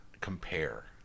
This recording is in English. compare